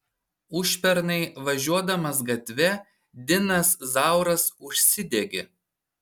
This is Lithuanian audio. užpernai važiuodamas gatve dinas zauras užsidegė